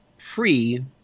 Free